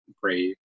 Brave